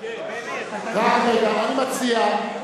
אני מציע,